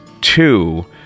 Two